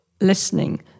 listening